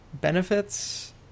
benefits